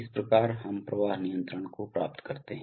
इस प्रकार हम प्रवाह नियंत्रण को प्राप्त करते हैं